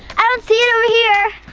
i don't see it over here.